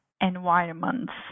environments